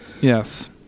Yes